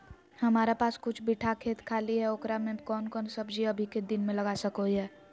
हमारा पास कुछ बिठा खेत खाली है ओकरा में कौन कौन सब्जी अभी के दिन में लगा सको हियय?